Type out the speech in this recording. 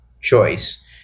choice